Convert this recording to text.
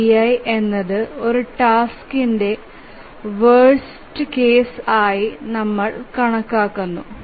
GCDF pi എന്നത് ഒരു ടാസ്ക്ന്ടെ വേർസ് കേസ് ആയി നമ്മൾ കണക്കാകുന്നു